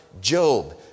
Job